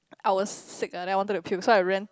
I was sick ah then I wanted to puke so I ran